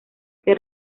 que